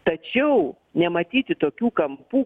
tačiau nematyti tokių kampų